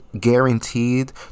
guaranteed